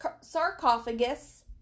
sarcophagus